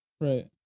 Right